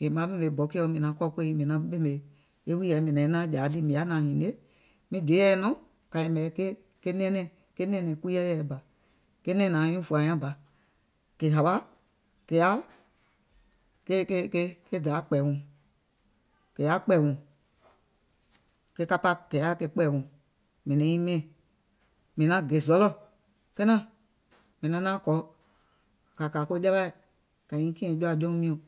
yèè naŋ ɓèmè bɔkìɔ maŋ kɔ̀ kòyiì mìŋ naŋ ɓèmè e wùìyèɛ mìŋ naàŋ jàà ɗì mìŋ yaà naàŋ hinie, miŋ deè yɛɛ nɔŋ kà yɛ̀mɛ̀ kà yɛ̀mɛ̀ ke nɛ̀ɛ̀nɛ̀ŋ kui yɛɛ̀ yɛ bà, ke nɛ̀ɛ̀ŋ nyuùŋ fùà nyaŋ bà kè hawa kè yaà ke ke ke ke daàà kpɛ̀ùŋ, kè yaȧ kpɛ̀ùŋ, ke kapàa kè yaà ke kpɛ̀ùŋ mìŋ naŋ nyiŋ mɛɛ̀ŋ, mìŋ naŋ gè zɔlɔ̀ kenàŋ, mìŋ naŋ naàŋ kɔ̀, kà kà ko jawì, kà nyiŋ kìɛ̀ŋ jɔ̀à jɔùŋ miɔ̀ŋ.